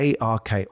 ARK